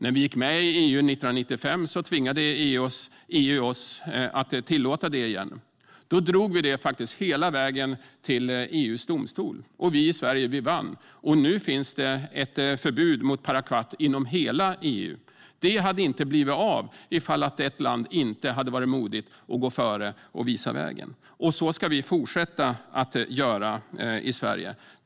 När vi gick med i EU 1995 tvingade EU oss att tillåta det igen. Då drog Sverige detta hela vägen till EU:s domstol, och vi vann. Nu finns ett förbud mot parakvat inom hela EU. Det hade inte blivit av om inte ett land hade varit modigt, gått före och visat vägen. Så ska vi fortsätta att göra i Sverige.